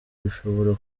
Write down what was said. rishobora